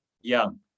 Young